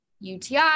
UTI